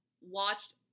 watched